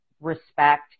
respect